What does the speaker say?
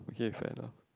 okay fine lah